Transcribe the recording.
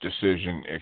decision